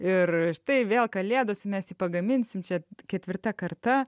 ir štai vėl kalėdos mes jį pagaminsim čia ketvirta karta